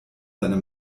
seine